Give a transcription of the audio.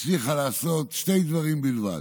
הצליחה לעשות שני דברים בלבד.